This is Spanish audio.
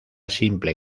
simple